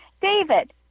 david